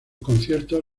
conciertos